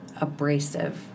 abrasive